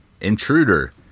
Intruder